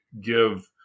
give